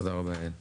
תודה רבה, יעל.